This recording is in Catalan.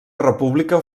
república